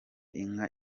inka